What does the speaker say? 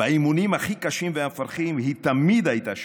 באימונים הכי קשים והמפרכים היא תמיד הייתה שם,